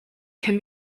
can